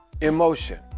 emotion